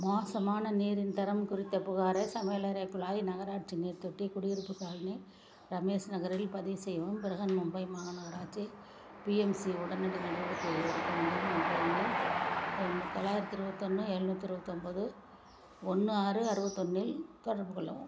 மோசமான நீரின் தரம் குறித்த புகாரை சமையலறை குழாய் நகராட்சி நீர் தொட்டி குடியிருப்பு காலனி ரமேஷ் நகரில் பதிவு செய்யவும் பிரஹன் மும்பை மாகநகராட்சி பிஎம்சி உடனடி நடவடிக்கைகளை எடுக்க வேண்டும் என்ற எண்ணில் தொண்ணூ தொள்ளாயிரத்தி இருபத்தொன்னு எழுநூத்தி இருபத்தி ஒம்பது ஒன்று ஆறு அறுபத்தொன்னில் தொடர்பு கொள்ளவும்